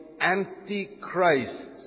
Antichrist